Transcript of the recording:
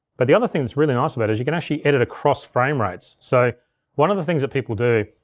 but the other thing that's really nice about it is you can actually edit across frame rates. so one of the things that people do,